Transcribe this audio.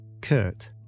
Kurt